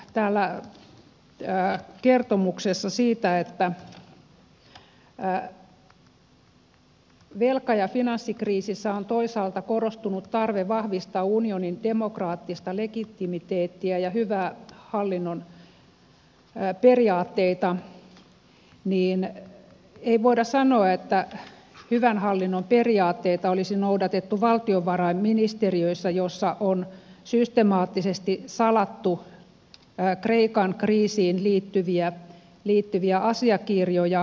kertomuksessa todetaan siitä että velka ja finanssikriisissä on toisaalta korostunut tarve vahvistaa unionin demokraattista legitimiteettiä ja hyvän hallinnon periaatteita ja ei voida sanoa että hyvän hallinnon periaatteita olisi noudatettu valtiovarainministeriössä jossa on systemaattisesti salattu kreikan kriisiin liittyviä asiakirjoja